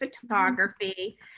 photography